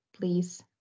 Please